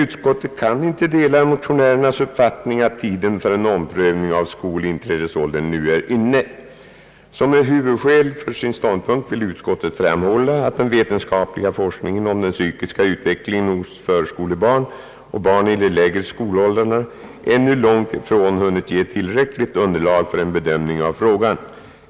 Utskottet kan inte dela motionärernas uppfattning att tiden för en omprövning av skolinträdesåldern nuär inne och fortsätter på följande sätt: »Som ett huvudskäl för sin ståndpunkt vill utskottet framhålla, att den vetenskapliga forskningen om den psykiska utvecklingen hos förskolebarn och barn i de lägre skolåldrarna ännu långt ifrån hunnit ge tillräckligt underlag för en Om sänkt skolålder bedömning av frågan.